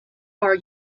are